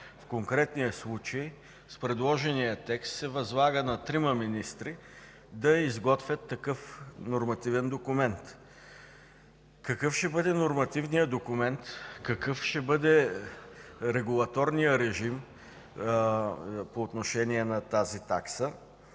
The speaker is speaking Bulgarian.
В конкретния случай с предложения текст се възлага на трима министри да изготвят такъв нормативен документ. Какъв ще бъде нормативният документ, какъв ще бъде регулаторният режим по отношение на тази такса,